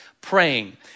praying